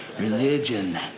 Religion